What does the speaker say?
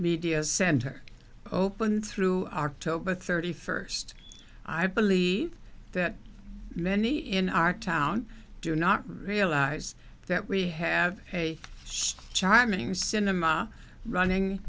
media center opened through toba thirty first i believe that many in our town do not realize that we have a charming cinema running